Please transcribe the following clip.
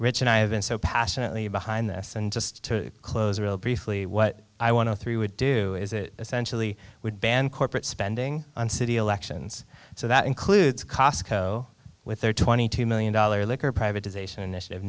rich and i have been so passionately behind this and just to close real briefly what i want to through would do is it essentially would ban corporate spending on city elections so that includes cosco with their twenty two million dollar liquor privatization initiative